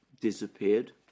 disappeared